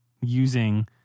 using